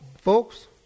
folks